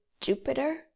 Jupiter